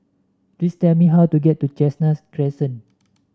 please tell me how to get to Chestnut Crescent